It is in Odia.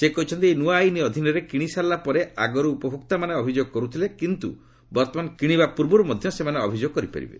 ସେ କହିଛନ୍ତି ଏହି ନ୍ନଆ ଆଇନ ଅଧୀନରେ କିଶି ସାରିଲା ପରେ ଆଗରୁ ଉପଭୋକ୍ତାମାନେ ଅଭିଯୋଗ କରୁଥିଲେ କିନ୍ତୁ ବର୍ତ୍ତମାନ କିଶିବା ପୂର୍ବରୁ ମଧ୍ୟ ସେମାନେ ଅଭିଯୋଗ କରିପାରିବେ